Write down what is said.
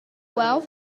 well